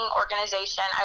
organization